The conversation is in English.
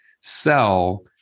sell